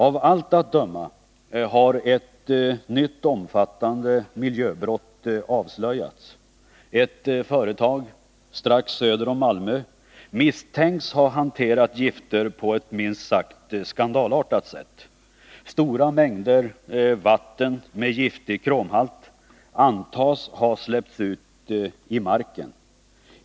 Av allt att döma har ett nytt omfattande miljöbrott avslöjats. Ett företag, strax söder om Malmö, misstänks ha hanterat gifter på ett minst sagt skandalartat sätt. Stora mängder vatten med giftig kromhalt antas ha släppts ut i marken.